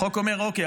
החוק אומר: אוקיי,